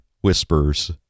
Whispers